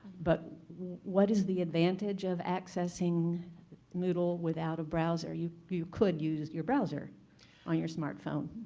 but what is the advantage of accessing moodle without a browser? you you could use your browser on your smart phone.